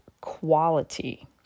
quality